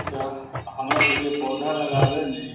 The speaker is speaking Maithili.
जँ हमरासबके पौधा लगाबैमे